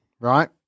right